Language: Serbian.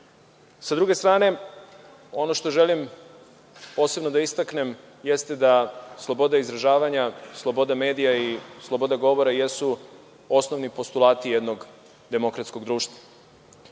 druge strane, ono što želim posebno da istaknem, jeste da sloboda izražavanja, sloboda medija i sloboda govora jesu osnovni postulati jednog demokratskog društva.